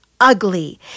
ugly